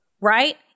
right